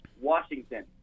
Washington